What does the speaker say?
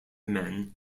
men